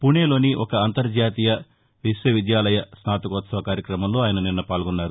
పూణేలోని ఒక అంతర్జాతీయ విశ్వవిద్యాలయ స్నాతకోత్సవ కార్యక్రమంలో ఆయన నిన్న పాల్గొన్నారు